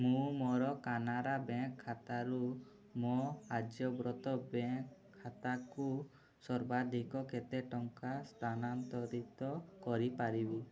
ମୁଁ ମୋର କାନାରା ବ୍ୟାଙ୍କ୍ ଖାତାରୁ ମୋ ଆର୍ଯ୍ୟବ୍ରତ ବ୍ୟାଙ୍କ୍ ଖାତାକୁ ସର୍ବାଧିକ କେତେ ଟଙ୍କା ସ୍ଥାନାନ୍ତରିତ କରିପାରିବି